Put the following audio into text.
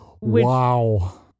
Wow